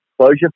closure